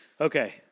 Okay